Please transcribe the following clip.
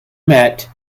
met